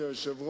אני חושב,